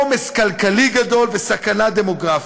עומס כלכלי גדול וסכנה דמוגרפית.